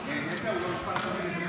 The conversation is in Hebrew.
יש גם ממשל חדש.